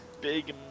big